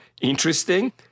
interesting